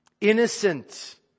innocent